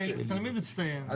תלמיד מצטיין.